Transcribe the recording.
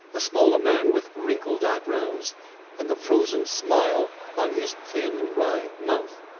a smaller man with wrinkled eyebrows and a frozen smile on his thin wry mouth,